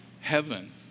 heaven